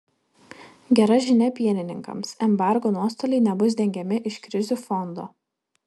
gera žinia pienininkams embargo nuostoliai nebus dengiami iš krizių fondo